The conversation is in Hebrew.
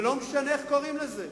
ולא משנה איך קוראים לזה,